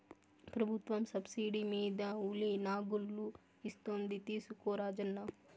ప్రభుత్వం సబ్సిడీ మీద ఉలి నాగళ్ళు ఇస్తోంది తీసుకో రాజన్న